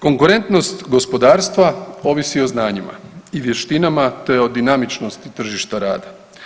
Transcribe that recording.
Konkurentnost gospodarstva ovisi o znanjima i vještinama te o dinamičnosti tržišta rada.